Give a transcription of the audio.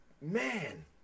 man